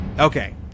Okay